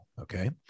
okay